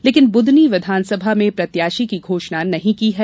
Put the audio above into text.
लेकिन बूदनी विधानसभा में प्रत्याशी की घोषणा नहीं की है